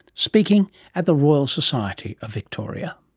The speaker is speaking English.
speaking at the royal society of victoria.